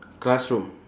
classroom